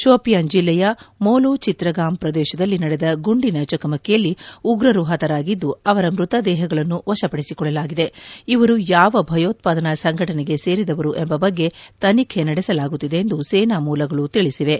ಶೋಪಿಯಾನ್ ಜಿಲ್ಲೆಯ ಮೋಲು ಚಿತ್ರಗಾಂ ಪ್ರದೇಶದಲ್ಲಿ ನಡೆದ ಗುಂಡಿನ ಚಕಮಕಿಯಲ್ಲಿ ಉಗ್ರರು ಹತರಾಗಿದ್ದು ಅವರ ಮೃತದೇಹಗಳನ್ನು ವಶಪದಿಸಿಕೊಳ್ಳಲಾಗಿದೆ ಇವರು ಯಾವ ಭೆಯೋತ್ಪಾದನಾ ಸಂಘಟನೆಗೆ ಸೇರಿದವರು ಎಂಬ ಬಗ್ಗೆ ತನಿಖೆ ನಡೆಸಲಾಗುತ್ತಿದೆ ಎಂದು ಸೇನಾ ಮೂಲಗಳು ತಿಳಿಸಿವೆ